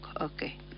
okay